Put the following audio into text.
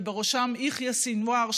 ובראשם יחיא סנוואר,